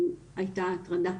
הייתה ההטרדה.